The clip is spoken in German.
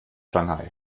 shanghai